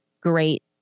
great